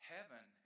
Heaven